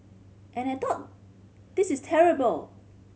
and I thought this is terrible